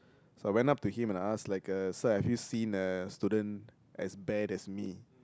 so I went up to him and I ask like uh sir have you seen uh student as bad as me